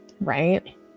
right